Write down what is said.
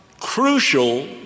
crucial